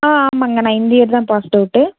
ஆ ஆமாங்க நான் இந்த இயர் தான் பாஸ்ட்டு அவுட்டு